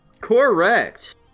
Correct